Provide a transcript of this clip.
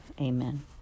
Amen